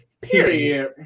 Period